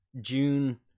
june